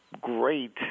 great